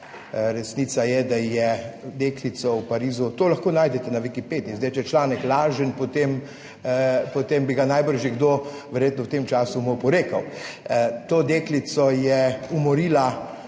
Resnica je, da je deklico v Parizu - to lahko najdete na Wikipediji - sedaj, če je članek lažen, potem bi ga najbrž že kdo verjetno v tem času mu oporekal. To deklico je umorila